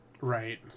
right